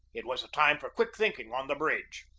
it was a time for quick thinking on the bridge.